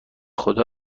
خدا